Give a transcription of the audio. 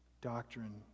doctrine